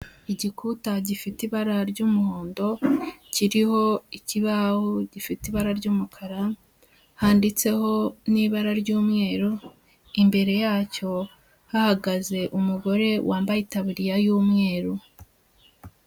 Igikuta gifite ibara ry'umuhondo, kiriho ikibaho gifite ibara ry'umukara, handitseho n'ibara ry'umweru, imbere yacyo hahagaze umugore wambaye itabuririya y'umweru.